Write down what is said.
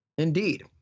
Indeed